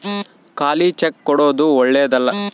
ಖಾಲಿ ಚೆಕ್ ಕೊಡೊದು ಓಳ್ಳೆದಲ್ಲ